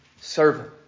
servant